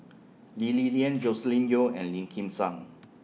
Lee Li Lian Joscelin Yeo and Lim Kim San